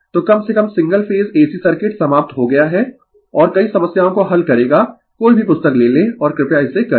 तो कम से कम सिंगल फेज ac सर्किट समाप्त हो गया है और कई समस्याओं को हल करेगा कोई भी पुस्तक ले लें और कृपया इसे करें